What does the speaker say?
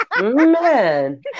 man